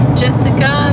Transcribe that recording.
jessica